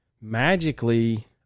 Magically